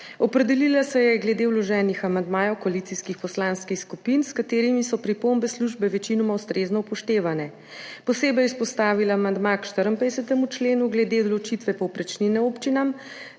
Opredelila se je glede vloženih amandmajev koalicijskih poslanskih skupin, s katerimi so pripombe službe večinoma ustrezno upoštevane. Posebej je izpostavila amandma k 54. členu glede določitve povprečnine občinam